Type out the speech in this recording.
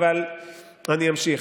אבל אני אמשיך.